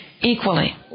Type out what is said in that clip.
equally